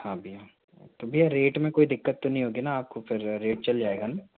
हाँ भैया तो भैया रेट में कोई दिक्कत तो नहीं होगी ना आपको फिर रेट चल जाएगा ना